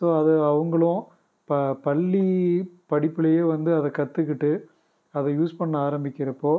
so அது அவங்களும் ப பள்ளி படிப்புலேயே வந்து அதை கற்றுக்கிட்டு அதை யூஸ் பண்ண ஆரம்பிக்கிறப்போ